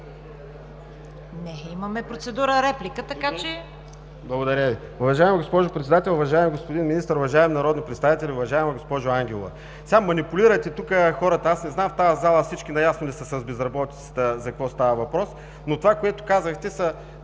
ГЬОКОВ (БСП за България): Благодаря Ви. Уважаема госпожо Председател, уважаеми господин Министър, уважаеми народни представители! Уважаема госпожо Ангелова, манипулирате тук хората – не знам в тази зала всички наясно ли са с безработицата, за какво става въпрос, но това, което казахте, са